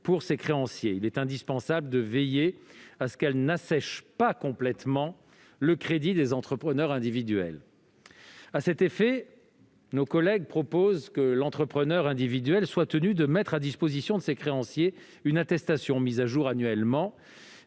pour ses créanciers. Il est indispensable de veiller à ce qu'elle n'assèche pas complètement le crédit des entrepreneurs individuels. À cet effet, nos collègues proposent que l'entrepreneur individuel soit tenu de mettre à disposition de ses créanciers une attestation, mise à jour annuellement,